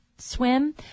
Swim